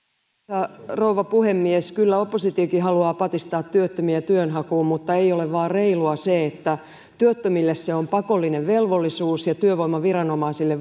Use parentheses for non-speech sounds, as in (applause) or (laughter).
arvoisa rouva puhemies kyllä oppositiokin haluaa patistaa työttömiä työnhakuun mutta se vain ei ole reilua että työttömille se on pakollinen velvollisuus ja työvoimaviranomaisille (unintelligible)